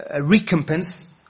recompense